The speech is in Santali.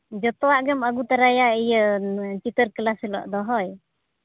ᱡᱚᱛᱚᱣᱟᱜ ᱜᱮᱢ ᱟᱹᱜᱩ ᱛᱟᱨᱟᱭᱟ ᱪᱤᱛᱟᱹᱨ ᱠᱞᱟᱥ ᱦᱤᱞᱚᱜ ᱫᱚ ᱦᱳᱭ